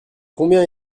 combien